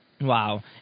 Wow